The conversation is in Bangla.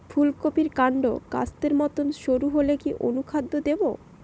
ফুলকপির কান্ড কাস্তের মত সরু হলে কি অনুখাদ্য দেবো?